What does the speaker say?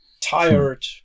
tired